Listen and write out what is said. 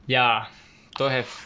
ya don't have